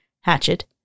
Hatchet